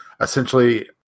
essentially